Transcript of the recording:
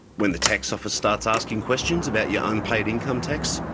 when the tax office starts asking questions about your unpaid income tax,